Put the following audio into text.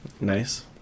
Nice